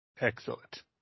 Excellent